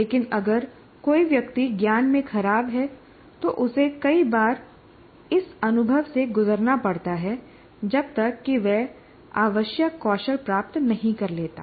लेकिन अगर कोई व्यक्ति ज्ञान में खराब है तो उसे कई बार इस अनुभव से गुजरना पड़ता है जब तक कि वह आवश्यक कौशल प्राप्त नहीं कर लेता